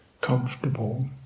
comfortable